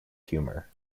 humour